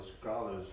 scholars